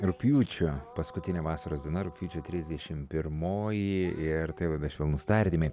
rugpjūčio paskutinė vasaros diena rugpjūčio trisdešimt pirmoji ir tai laida švelnūs tardymai